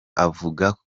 avuga